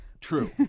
True